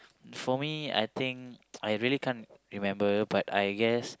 for me I think I really can't remember but I guess